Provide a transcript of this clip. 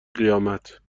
قیامت